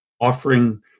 offering